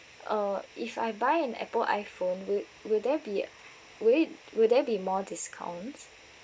uh if I buy an Apple iPhone will will there be will it will there be more discounts